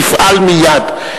יפעל מייד.